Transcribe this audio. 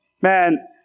man